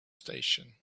station